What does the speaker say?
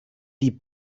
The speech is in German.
die